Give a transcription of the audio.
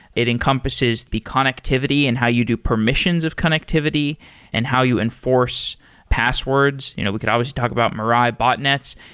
it encompasses the connectivity and how you do permissions of connectivity and how you enforce passwords. you know we could always talk about mirai botnets.